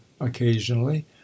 occasionally